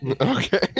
Okay